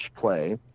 play